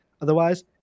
Otherwise